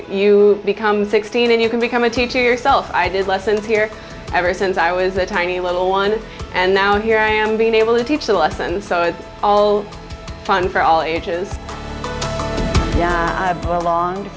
you become sixteen and you can become a teacher yourself i did lessons here ever since i was a tiny little one and now here i am being able to teach a lesson so it's all fun for all ages